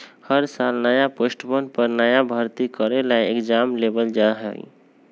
हर साल नया पोस्टवन पर नया भर्ती करे ला एग्जाम लेबल जा हई